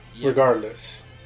Regardless